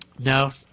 No